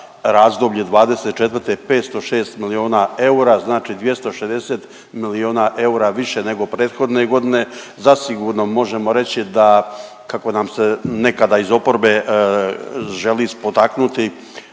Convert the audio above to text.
razdoblje '24. 506 milijuna eura, znači 260 milijuna eura više nego prethodne godine. Zasigurno možemo reći da, kako nam se nekada iz oporbe želi spotaknuti